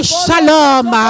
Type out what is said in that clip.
shalom